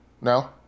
No